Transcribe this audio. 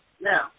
Now